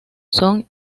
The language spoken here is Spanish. son